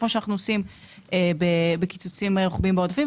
כפי שאנו עושים בקיצוצים רוחביים בעודפים,